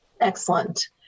Excellent